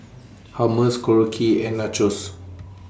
Hummus Korokke and Nachos